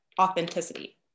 authenticity